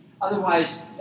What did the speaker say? Otherwise